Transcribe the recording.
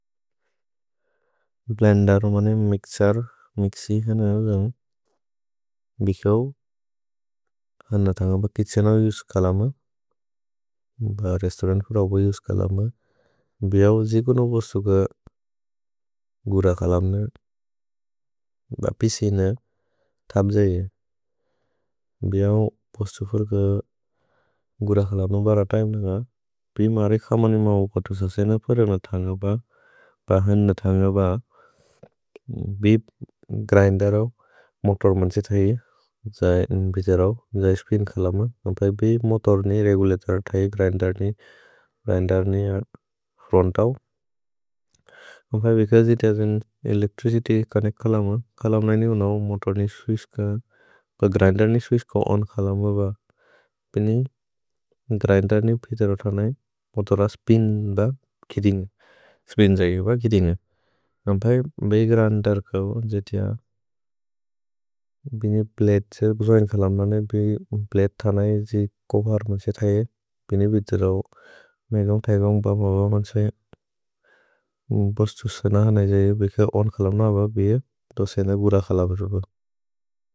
भे ग्रिन्देर् औ मोतोर् मन्से थै जै इन् विजेरौ, जै स्पिन् खलम। भे मोतोर् ने रेगुलतोर् थै ग्रिन्देर् ने फ्रोन्त् औ। भेचौसे it has an electricity connect खलम। खलम ननि उनौ मोतोर् ने स्वित्छ् क, ग्रिन्देर् ने स्वित्छ् क ओन् खलम ब। पेने ग्रिन्देर् ने विजेर थ नै मोतोर स्पिन् द गिदिन्ग्। भे ग्रिन्देर् औ जै थिअ। भिने ब्लदे थ नै कोवर् मन्से थै बिने विजेरौ। मेगम्, पेगम्, बब मन्से बोस्तु सन जै बेके ओन् खलम न ब। भे दोसेन गुर खल ब।